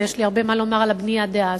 יש לי הרבה מה לומר על הבנייה דאז,